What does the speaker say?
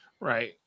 right